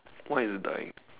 what is dying